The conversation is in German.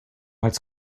als